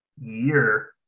year